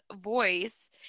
voice